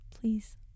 please